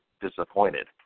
disappointed